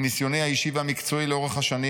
מניסיוני האישי והמקצועי לאורך השנים,